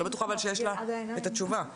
אני לא בטוחה שיש לה את התשובה,